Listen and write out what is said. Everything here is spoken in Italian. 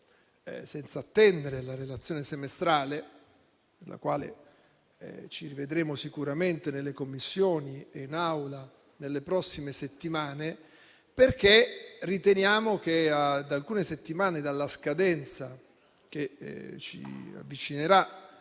senza attendere la relazione semestrale, sull'esame della quale ci rivedremo sicuramente nelle Commissioni e in Aula nelle prossime settimane, perché riteniamo che, ad alcune settimane dalla scadenza che ci avvicinerà